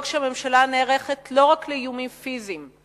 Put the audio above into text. שהממשלה נערכת לא רק לאיומים פיזיים,